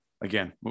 again